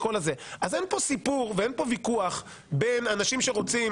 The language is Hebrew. אין כאן סיפור ואין כאן ויכוח בין אנשים שרוצים